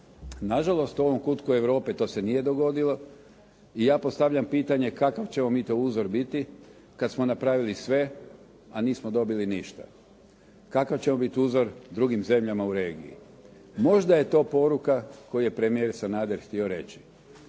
Na žalost u ovom kutku Europe to se nije dogodilo i ja postavljam pitanje kakav ćemo mi to uzor biti kad smo napravili sve, a nismo dobili ništa. Kakav ćemo biti uzor drugim zemljama u regiji? Možda je to poruka koju je premijer Sanader htio reći.